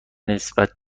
نسبت